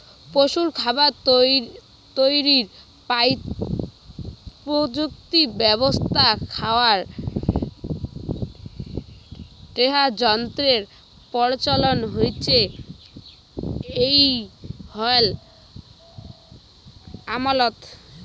পশুর খাবার তৈয়ার প্রযুক্তি ব্যবস্থাত খ্যার টেডার যন্ত্রর প্রচলন হইচে এ্যাই হাল আমলত